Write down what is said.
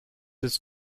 his